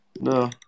no